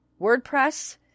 WordPress